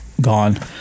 gone